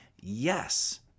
yes